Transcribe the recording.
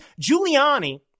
Giuliani